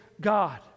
God